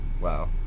wow